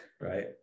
right